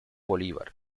bolívar